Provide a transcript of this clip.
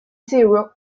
zero